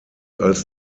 als